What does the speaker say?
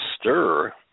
stir